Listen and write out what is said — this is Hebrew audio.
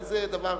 וזה דבר,